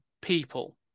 people